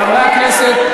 חברי הכנסת,